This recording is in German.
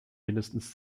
mindestens